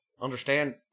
understand